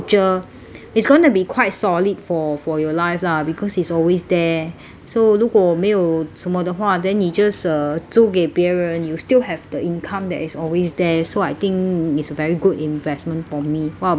it's going to be quite solid for for your life lah because it's always there so 如果没有什么的话 then 你 just uh 租给别人 you still have the income that is always there so I think it's very good investment for me what about you